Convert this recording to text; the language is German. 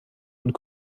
und